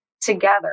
together